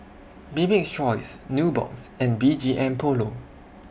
Bibik's Choice Nubox and B G M Polo